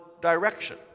direction